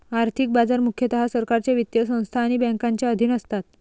आर्थिक बाजार मुख्यतः सरकारच्या वित्तीय संस्था आणि बँकांच्या अधीन असतात